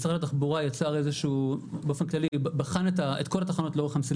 משרד התחבורה בחן את כל התחנות לאורך המסילה